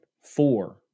four